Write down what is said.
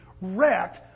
wrecked